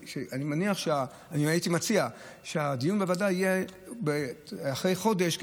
הייתי מציע שהדיון בוועדה יהיה אחרי חודש,